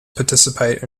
participate